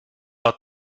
hat